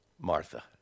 Martha